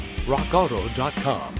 rockauto.com